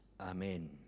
Amen